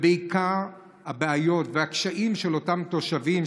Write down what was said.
עיקר הבעיות והקשיים של אותם תושבים,